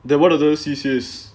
then what other C_C_As